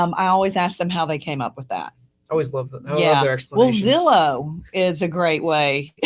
um i always ask them how they came up with that. i always love yeah that. well, zillow is a great way.